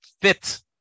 fit